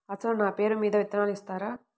అసలు నా పేరు మీద విత్తనాలు ఇస్తారా?